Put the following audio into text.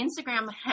Instagram